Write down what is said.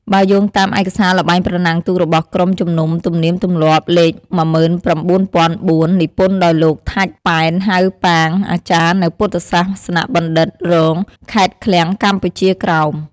បើយោងតាម ឯកសារល្បែងប្រណាំងទូករបស់ក្រុមជំនុំទំនៀមទម្លាប់លេខ១៩០០៤ និពន្ធដោយ លោក ថាច់ ប៉ែន ហៅ ប៉ាង អាចារ្យនៅពុទ្ធសាសនបណ្ឌិត្យរង ខេត្តឃ្លាំងកម្ពុជាក្រោម។